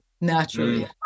Naturally